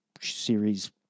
series